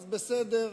אז בסדר,